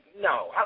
No